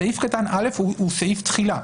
סעיף קטן (א) הוא סעיף תחילה.